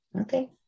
Okay